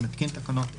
אני מתקין תקנות אלה: